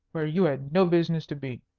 where you had no business to be.